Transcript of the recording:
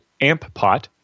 Amppot